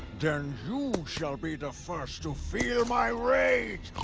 then you shall be the first to feel my rage!